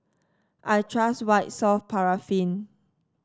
I trust White Soft Paraffin